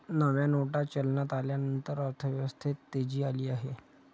नव्या नोटा चलनात आल्यानंतर अर्थव्यवस्थेत तेजी आली आहे